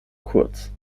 kurz